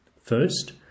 First